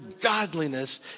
godliness